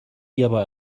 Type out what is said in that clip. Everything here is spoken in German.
hierbei